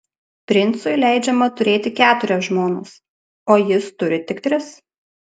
princui leidžiama turėti keturias žmonas o jis turi tik tris